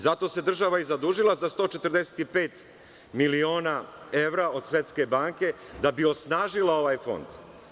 Zato se država i zadužila za 145 miliona evra od Svetske banke, da bi osnažila ovaj Fond.